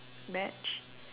match